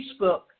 Facebook